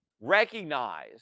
recognize